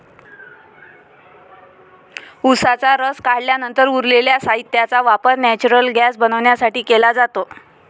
उसाचा रस काढल्यानंतर उरलेल्या साहित्याचा वापर नेचुरल गैस बनवण्यासाठी केला जातो